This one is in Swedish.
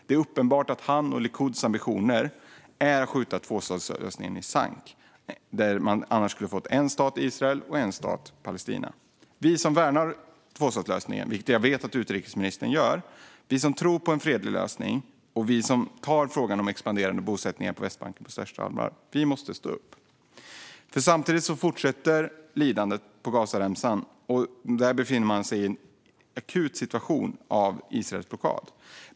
Det är uppenbart att Netanyahus och Likuds ambitioner är att skjuta tvåstatslösningen i sank, där man annars skulle ha fått en stat för Israel och en stat för Palestina. Vi som värnar tvåstatslösningen, vilket jag vet att utrikesministern gör, vi som tror på en fredlig lösning och vi som tar frågan om expanderande bosättningar på Västbanken på största allvar måste stå upp. Samtidigt fortsätter lidandet på Gazaremsan, där man befinner sig i en akut situation på grund av Israels blockad.